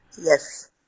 Yes